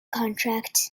contract